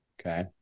okay